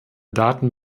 daten